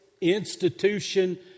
institution